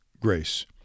grace